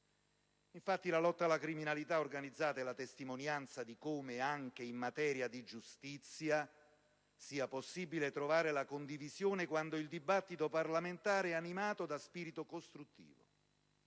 Infatti, la lotta alla criminalità organizzata è la testimonianza di come, anche in materia di giustizia, sia possibile trovare la condivisione quando il dibattito parlamentare è animato da spirito costruttivo.